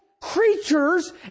creatures